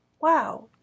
wow